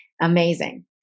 Amazing